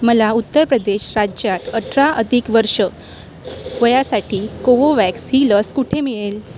मला उत्तर प्रदेश राज्यात अठरा अधिक वर्ष वयासाठी कोवोवॅक्स ही लस कुठे मिळेल